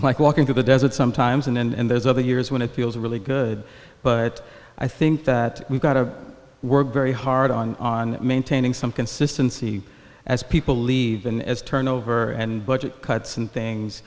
like walking through the desert sometimes and there's other years when it feels really good but i think that we've got to work very hard on on maintaining some consistency as people leave and as turnover and budget cuts and